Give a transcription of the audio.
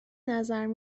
بنظرم